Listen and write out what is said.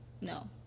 No